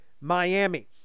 Miami